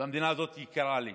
והמדינה הזאת יקרה לי: